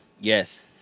Yes